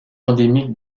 endémique